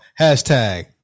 Hashtag